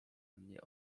mnie